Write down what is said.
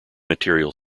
material